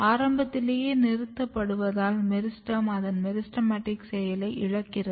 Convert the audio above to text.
ஆரம்பத்திலேயே நிறுத்தப்படுவதால் மெரிஸ்டெம் அதன் மெரிஸ்டெமடிக் செயலை இழக்கிறது